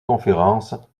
conférences